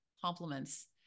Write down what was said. compliments